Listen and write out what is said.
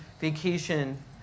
vacation